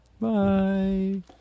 Bye